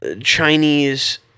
Chinese